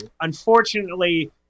Unfortunately